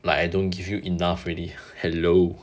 like I don't give you enough already hello